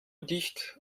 dicht